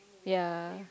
ya